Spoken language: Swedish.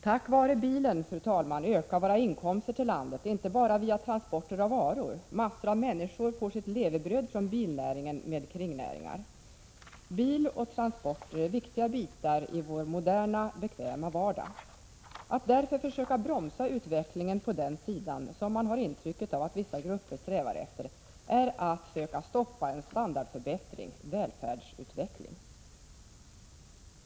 Tack vare bilen, fru talman, ökar våra inkomster till landet, inte bara via transporter av varor. Massor av människor får sitt levebröd från bilnäringen med kringnäringar. Bil och transporter är viktiga bitar i vår moderna, bekväma vardag. Att därför försöka bromsa utvecklingen på den sidan, som man har intrycket av att vissa grupper strävar efter, är att söka stoppa en standardförbättring, välfärdsutveckling.